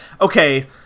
okay